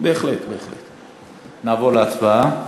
נעבור להצבעה.